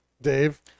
Dave